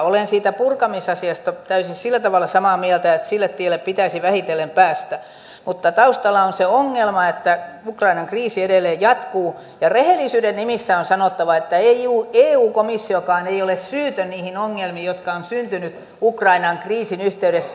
olen siitä purkamisasiasta sillä tavalla täysin samaa mieltä että sille tielle pitäisi vähitellen päästä mutta taustalla on se ongelma että ukrainan kriisi edelleen jatkuu ja rehellisyyden nimissä on sanottava että eu komissiokaan ei ole syytön niihin ongelmiin jotka ovat syntyneet ukrainan kriisin yhteydessä